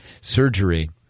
surgery